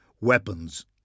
weapons